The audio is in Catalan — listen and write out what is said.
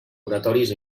oratoris